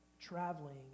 Traveling